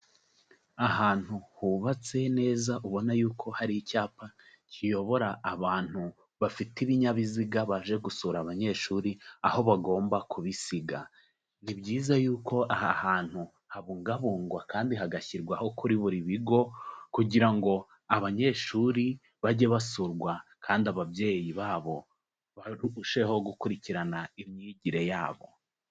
Ahantu hubatse neza ubona yuko hari icyapa kiyobora abantu bafite ibinyabiziga baje gusura abanyeshuri aho bagomba kubisiga. Ni byiza yuko aha hantu habungabungwa kandi hagashyirwaho kuri buri bigo, kugira ngo abanyeshuri bajye basurwa, kandi ababyeyi babo barusheho gukurikirana imyigire yabo.